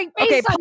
Okay